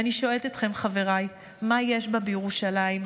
ואני שואלת אתכם, חבריי: מה יש בה, בירושלים?